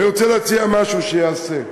ואני רוצה להציע משהו, שייעשה.